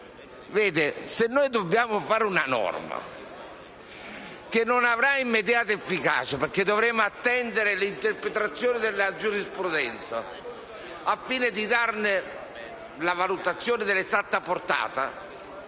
se dobbiamo approvare una norma che non avrà efficacia immediata, perché dobbiamo attendere l'interpretazione della giurisprudenza al fine di dare la valutazione dell'esatta portata,